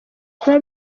kuba